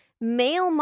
male